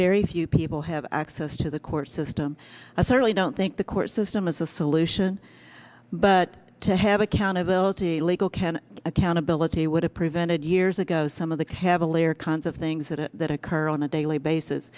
very few people have access to the court system i certainly don't think the court system is a solution but to have accountability legal can accountability would have prevented years ago some of the cavalier kinds of things that that occur on a daily bas